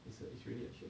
it's a it's really a shame